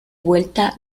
vuelta